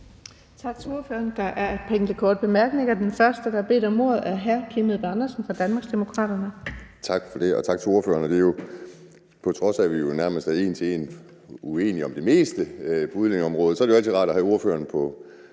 Tak til ordføreren. Der er et par enkelte korte bemærkninger. Den første, der har bedt om ordet, er hr. Kim Edberg Andersen fra Danmarksdemokraterne. Kl. 11:15 Kim Edberg Andersen (DD): Tak for det, og tak til ordføreren. På trods af at vi jo nærmest en til en er uenige om det meste på udlændingeområdet, er det jo altid rart at have ordføreren på